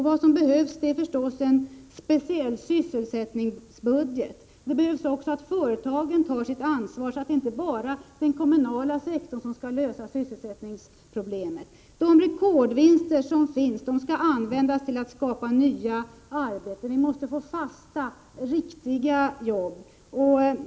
Vad som behövs är förstås en speciell sysselsättningsbudget. Det behövs också att företagen tar sitt ansvar, så att inte bara den kommunala sektorn skall lösa sysselsättningsproblemen. De rekordvinster som görs skall användas till att skapa nya arbeten. Vi måste få fasta, riktiga jobb.